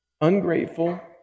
ungrateful